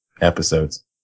episodes